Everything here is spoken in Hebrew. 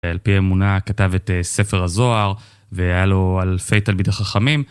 על פי אמונה כתב את ספר הזוהר והיה לו אלפי תלמידי חכמים